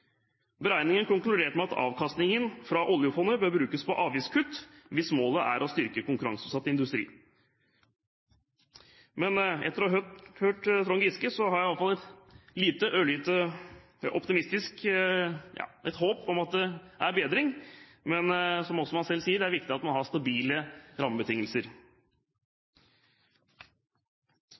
konkluderte med at avkastningen av oljefondet bør brukes på avgiftskutt hvis målet er å styrke konkurranseutsatt industri. Etter å ha hørt Trond Giske har jeg iallfall et ørlite, optimistisk håp om at det er bedring, men som han selv sier, er det viktig at man har stabile rammebetingelser.